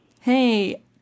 Hey